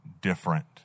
different